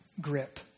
grip